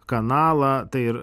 kanalą tai ir